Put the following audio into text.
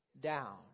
down